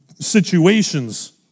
situations